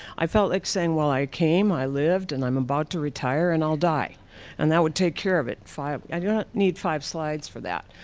i felt like saying while i came, i lived and i'm about to retire and i'll die and that would take care of it, five. and i don't need five slides for that,